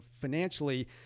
financially